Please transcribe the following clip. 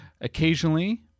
Occasionally